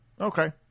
Okay